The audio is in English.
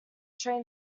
train